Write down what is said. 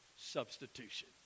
substitution